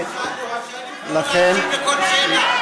הוא רשאי לבחור להשיב על כל שאלה.